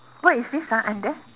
what is this ah under